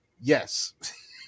Yes